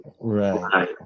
Right